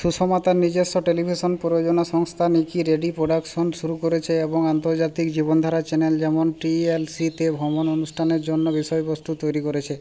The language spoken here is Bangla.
সুষমা তার নিজস্ব টেলিভিশন প্রযোজনা সংস্থা নিকি রেডি প্রোডাকশন শুরু করেছে এবং আন্তর্জাতিক জীবনধারা চ্যানেল যেমন টিএলসিতে ভ্রমণ অনুষ্ঠানের জন্য বিষয়বস্তু তৈরি করেছে